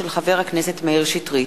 של חבר הכנסת מאיר שטרית,